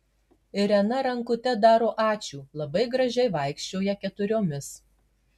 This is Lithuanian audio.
irena rankute daro ačiū labai gražiai vaikščioja keturiomis